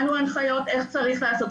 נתנו הנחיות איך צריך לעשות.